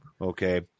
Okay